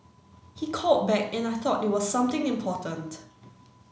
he called back and I thought it was something important